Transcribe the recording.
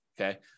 okay